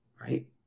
Right